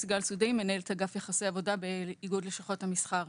מנהלת אגף יחסי עבודה באיגוד לשכות המסחר.